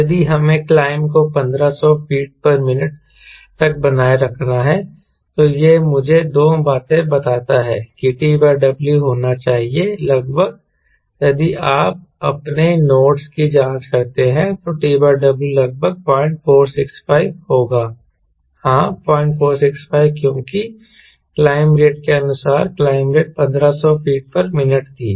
यदि हमें क्लाइंब को 1500 फीट मिनट तक बनाए रखना है तो यह मुझे दो बातें बताता है कि TW होना चाहिए लगभग यदि आप अपने नोटस की जांच करते हैं तो T W लगभग 0465 होगा हां 0465 क्योंकि क्लाइंब रेट के अनुसार क्लाइंब रेट 1500 फीट मिनट थी